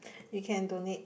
you can donate